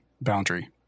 boundary